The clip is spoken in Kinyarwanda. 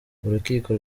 urukiko